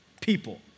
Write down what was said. People